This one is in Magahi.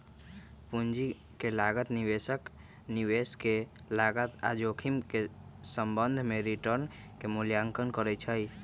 पूंजी के लागत में निवेशक निवेश के लागत आऽ जोखिम के संबंध में रिटर्न के मूल्यांकन करइ छइ